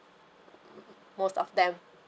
most of them mm